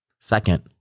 Second